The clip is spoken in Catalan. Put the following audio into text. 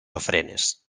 ofrenes